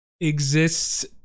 exists